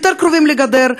יותר קרובים לגדר,